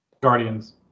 Guardians